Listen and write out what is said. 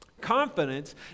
Confidence